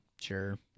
Sure